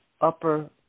upper